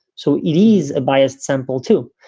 so it is a biased sample, too,